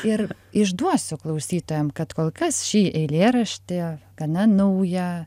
ir išduosiu klausytojam kad kol kas šį eilėraštį gana naują